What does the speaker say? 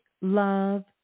love